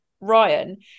ryan